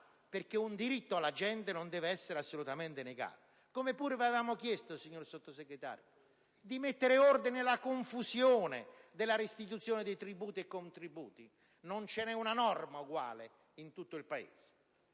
perché un diritto alla gente non deve essere assolutamente negato. Avevamo chiesto anche, signor Sottosegretario, di mettere ordine alla confusione sulla restituzione di tributi e contributi: non c'è una norma uguale in tutto il Paese.